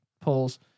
polls